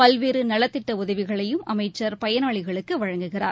பல்வேறு நலத்திட்ட உதவிகளையும் அமைச்சர் பயனாளிகளுக்கு வழங்குகிறார்